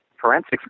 forensics